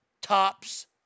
tops